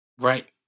Right